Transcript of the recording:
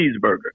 cheeseburger